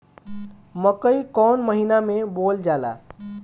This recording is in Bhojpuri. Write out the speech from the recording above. मकई कौन महीना मे बोअल जाला?